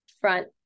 front